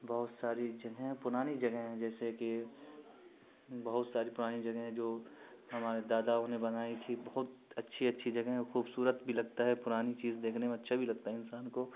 بہت ساری جگہیں ہیں پرانی جگہیں ہیں جیسے کہ بہت ساری پرانی جگہیں ہیں جو ہمارے دادا انہیں بنائی تھی بہت اچھی اچھی جگہیں ہیں خوبصورت بھی لگتا ہے پرانی چیز دیکھنے میں اچھا بھی لگتا ہے انسان کو